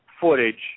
footage